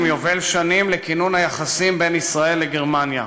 יובל לכינון היחסים בין ישראל לגרמניה.